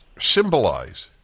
symbolize